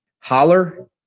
Holler